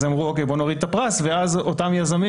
הם אמרו: בואו נוריד את הפרס ואז אותם יזמים